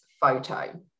photo